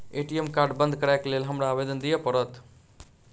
ATM card बंद करैक लेल हमरा आवेदन दिय पड़त?